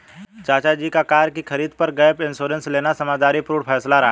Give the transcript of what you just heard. चाचा जी का कार की खरीद पर गैप इंश्योरेंस लेना समझदारी पूर्ण फैसला रहा